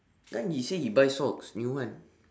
kan he say he buy socks new one